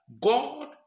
God